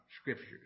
scriptures